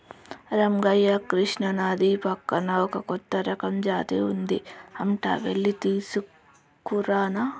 రంగయ్య కృష్ణానది పక్కన ఒక కొత్త రకం జాతి ఉంది అంట వెళ్లి తీసుకురానా